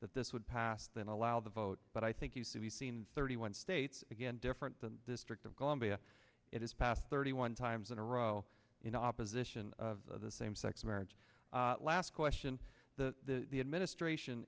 that this would pass then allow the vote but i think he's to be seen thirty one states again different the district of columbia it is passed thirty one times in a row in opposition of the same sex marriage last question the administration